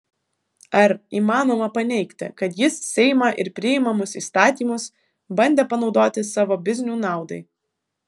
ar įmanoma paneigti kad jis seimą ir priimamus įstatymus bandė panaudoti savo biznių naudai